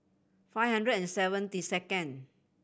five hundred and seventy second